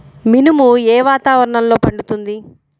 మినుము ఏ వాతావరణంలో పండుతుంది?